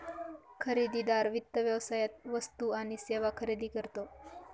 खरेदीदार वित्त व्यवसायात वस्तू आणि सेवा खरेदी करतो